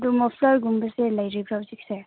ꯑꯗꯨ ꯃꯐꯂꯔꯒꯨꯝꯕꯁꯦ ꯂꯩꯔꯤꯕ꯭ꯔꯥ ꯍꯧꯖꯤꯛꯁꯦ